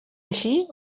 així